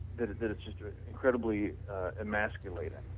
that that is just incredibly emasculating.